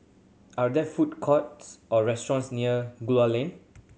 are there food courts or restaurants near Gul Lane